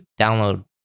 download